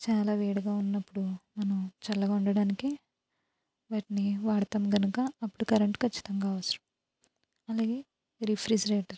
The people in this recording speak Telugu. చాలా వేడిగా ఉన్నప్పుడు మనం చల్లగా ఉండడానికి వాటిని వాడతాం కనుక అప్పుడు కరెంట్ ఖచ్చితంగా అవసరం అలాగే రిఫ్రిజిరేటర్